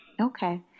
Okay